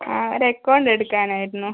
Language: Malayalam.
ഒരു എക്കൗണ്ട് എടുക്കാനായിരുന്നു